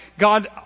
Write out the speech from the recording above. God